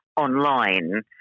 online